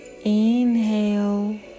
Inhale